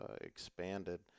expanded